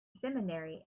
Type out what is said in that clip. seminary